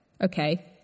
okay